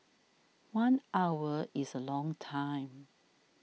one hour is a long time